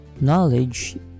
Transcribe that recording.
knowledge